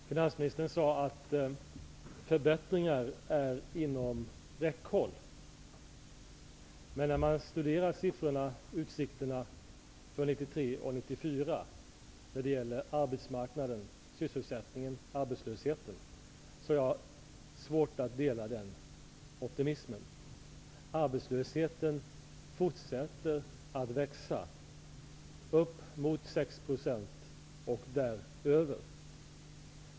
Fru talman! Finansministern sade att förbättringar är inom räckhåll. Men när man studerar utsikterna för arbetsmarknaden, sysselsättningen och arbetslösheten under 1993 och 1994 har jag svårt att dela den optimismen. Arbetslösheten fortsätter att växa upp mot 6 % och däröver.